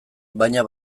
baina